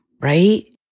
right